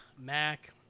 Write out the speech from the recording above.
Mac